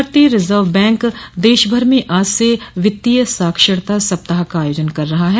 भारतीय reserve bank देशभर में आज से वित्तीय साक्षरता सप्ताह का आयोजन कर रहा है